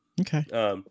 Okay